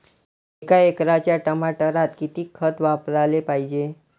एका एकराच्या टमाटरात किती खत वापराले पायजे?